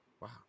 Wow